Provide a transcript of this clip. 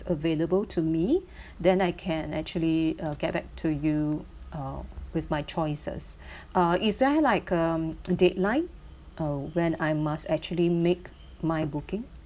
available to me then I can actually uh get back to you uh with my choices uh is there like um deadline uh when I must actually make my booking